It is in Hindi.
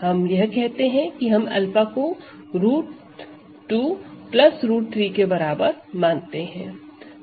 हम यह करते हैं कि हम 𝛂 को रूट 2 √3 के बराबर मानते हैं